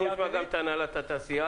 אנחנו נשמע גם את הנהלת התעשייה.